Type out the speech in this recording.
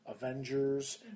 Avengers